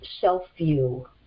self-view